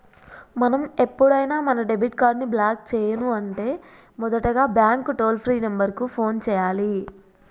మనం ఎప్పుడైనా మన డెబిట్ కార్డ్ ని బ్లాక్ చేయను అంటే మొదటగా బ్యాంకు టోల్ ఫ్రీ కు ఫోన్ చేయాలి